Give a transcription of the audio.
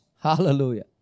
Hallelujah